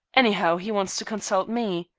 anyhow, he wants to consult me.